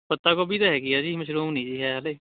ਪੱਤਾ ਗੋਭੀ ਤਾਂ ਹੈਗੀ ਆ ਜੀ ਮਸ਼ਰੂਮ ਨਹੀਂ ਜੀ ਹੈ ਹਲੇ